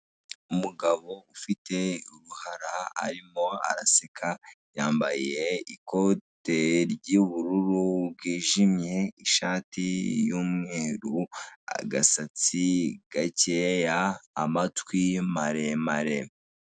Umugabo ufite uruhara arimo araseka yambaye ikoti ry'ubururu bwijimye, ishati y'umweru, agasatsi gakeya, amatwi maremare.